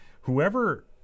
whoever